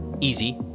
easy